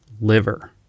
liver